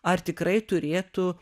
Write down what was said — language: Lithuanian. ar tikrai turėtų